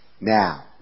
Now